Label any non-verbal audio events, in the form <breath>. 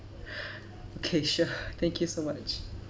<breath> okay sure thank you so much